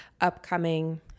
upcoming